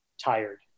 tired